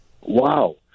Wow